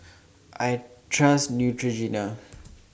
I Trust Neutrogena